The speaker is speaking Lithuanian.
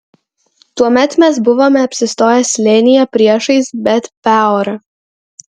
tuomet mes buvome apsistoję slėnyje priešais bet peorą